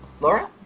Laura